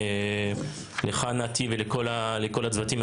לך נתי ולכל הצוותים.